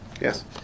Yes